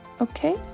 Okay